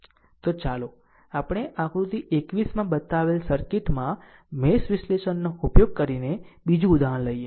તો ચાલો આપણે આકૃતિ 21 માં બતાવેલ સર્કિટમાં મેશ વિશ્લેષણનો ઉપયોગ કરીને બીજું ઉદાહરણ લઈએ